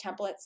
templates